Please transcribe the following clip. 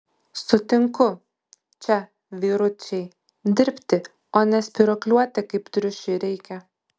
sutinku čia vyručiai dirbti o ne spyruokliuoti kaip triušiui reikia